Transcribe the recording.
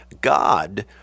God